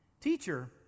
Teacher